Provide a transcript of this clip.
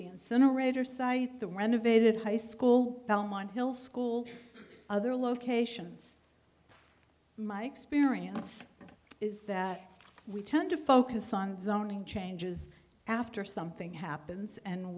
incinerator site the renovated high school belmont hill school other locations my experience is that we tend to focus on zoning changes after something happens and